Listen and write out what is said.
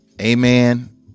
Amen